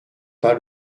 pas